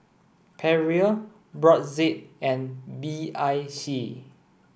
Perrier Brotzeit and B I C